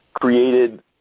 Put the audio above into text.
created